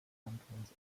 kantons